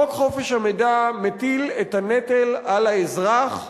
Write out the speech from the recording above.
חוק חופש המידע מטיל את הנטל על האזרח ללכת,